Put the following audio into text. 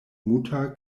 muta